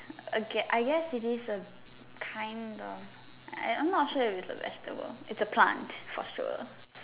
A get I guess it is a kind of I'm not sure if it's a vegetable it's a plant for sure